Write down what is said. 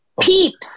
Peeps